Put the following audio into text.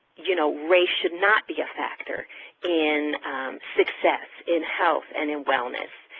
you know, race should not be a factor in success, in health, and in wellness.